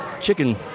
chicken